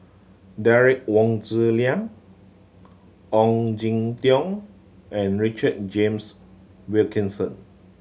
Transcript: Derek Wong Zi Liang Ong Jin Teong and Richard James Wilkinson